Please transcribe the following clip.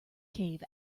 cave